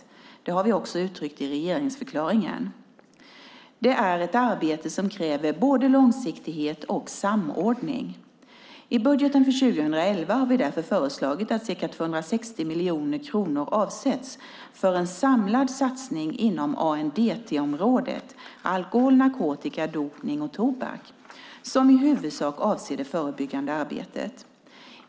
Detta har vi också uttryckt i regeringsförklaringen. Det är ett arbete som kräver både långsiktighet och samordning. I budgeten för 2011 har vi därför föreslagit att ca 260 miljoner kronor avsätts för en samlad satsning inom ANDT-området - alkohol, narkotika, dopning och tobak - som i huvudsak avser det förebyggande arbetet.